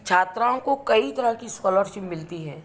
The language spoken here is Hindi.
छात्रों को कई तरह की स्कॉलरशिप मिलती है